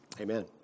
Amen